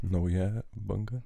nauja banga